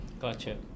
Gotcha